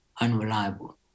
unreliable